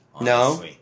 No